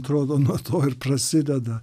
atrodo nuo to ir prasideda